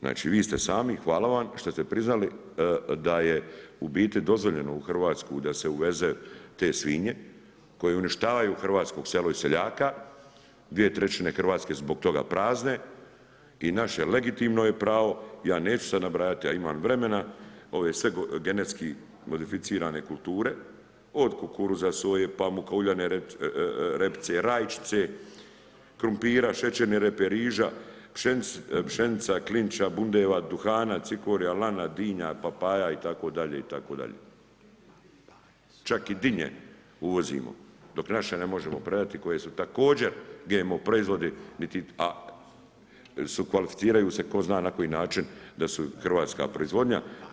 Znači vi ste sami hvala vam šta ste priznali da je u biti dozvoljeno u Hrvatsku uveze te svinje koje uništavaju hrvatsko selo i seljaka, dvije trećine Hrvatske zbog toga su prazne i naše legitimno pravo, ja neću sada nabrajati, a imam vremena ove sve genetski modificirane kulture od kukuruza, soje, pamuka, uljane repice, rajčice, krumpira, šećerne repe, riža, pšenica, klinča, bundeva, duhana, cikorija, lana, dinja, papaja itd., itd. čak i dinje uvozimo dok naše ne možemo prodati koje su također GMO proizvodi, a kvalificiraju se tko zna na koji način da su hrvatska proizvodnja.